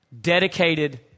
dedicated